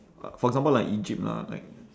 for example like egypt lah like